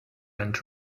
and